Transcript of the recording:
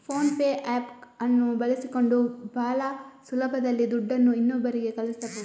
phone pay app ಅನ್ನು ಬಳಸಿಕೊಂಡು ಭಾಳ ಸುಲಭದಲ್ಲಿ ದುಡ್ಡನ್ನು ಇನ್ನೊಬ್ಬರಿಗೆ ಕಳಿಸಬಹುದು